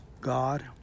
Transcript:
god